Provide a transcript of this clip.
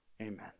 Amen